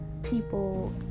people